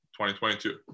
2022